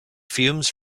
fumes